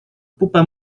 pupa